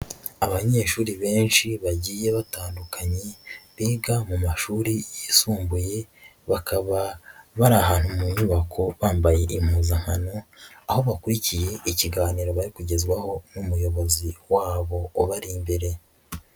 Abanyeshuri benshi bagiye batandukanye biga mu mashuri yisumbuye, bakaba bari ahantu mu nyubako bambaye impuzankano, aho bakurikiye ikiganiro bari kugezwaho n'umuyobozi wabo ubari imbere.